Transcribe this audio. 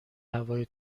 هوای